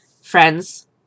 Friends